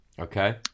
Okay